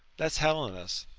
that's helenus.